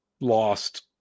lost